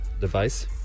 device